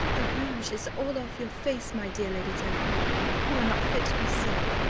the rouge is all off your face, my dear lady delacour you are not fit to be seen.